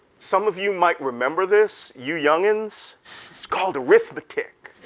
some of you might remember this, you youngans, it's called arithmetic